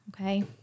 okay